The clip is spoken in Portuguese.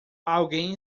alguém